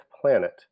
Planet